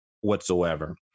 whatsoever